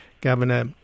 Governor